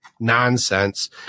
nonsense